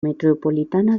metropolitana